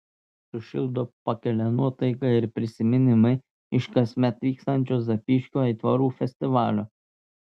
sušildo pakelia nuotaiką ir prisiminimai iš kasmet vykstančio zapyškio aitvarų festivalio